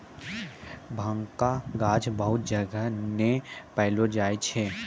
भांगक गाछ बहुत जगह नै पैलो जाय छै